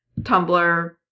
Tumblr